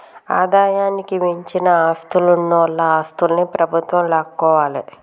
ఆదాయానికి మించిన ఆస్తులున్నోల ఆస్తుల్ని ప్రభుత్వం లాక్కోవాలే